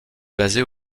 basé